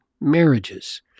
marriages